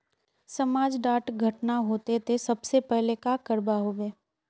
समाज डात घटना होते ते सबसे पहले का करवा होबे?